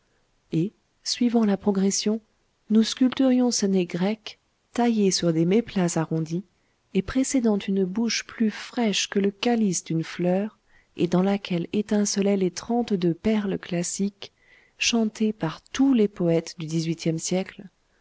et suivant la progression nous sculpterions ce nez grec taillé sur des méplats arrondis et précédant une bouche plus fraîche que le calice d'une fleur et dans laquelle étincelaient les trente-deux perles classiques chantées par tous les poètes du xviiie siècle